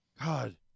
God